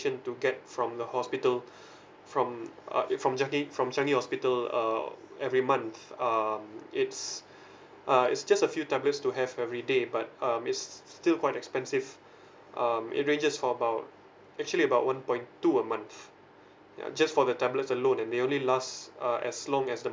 to get from the hospital from uh from changi from changi hospital err every month um it's uh it's just a few tablets to have every day but um it's still quite expensive um it ranges for about actually about one point two a month yeah just for the tablets alone and they only last uh as long as the